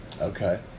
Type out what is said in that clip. Okay